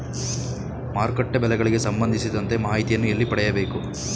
ಮಾರುಕಟ್ಟೆ ಬೆಲೆಗಳಿಗೆ ಸಂಬಂಧಿಸಿದಂತೆ ಮಾಹಿತಿಯನ್ನು ಎಲ್ಲಿ ಪಡೆಯಬೇಕು?